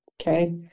Okay